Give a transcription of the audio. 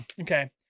okay